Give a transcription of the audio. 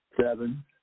seven